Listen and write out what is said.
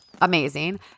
amazing